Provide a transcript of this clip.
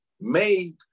made